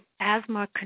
asthma